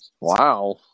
Wow